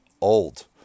old